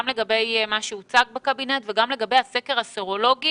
לגבי מה שהוצג בקבינט וגם לגבי הסקר הסרולוגי,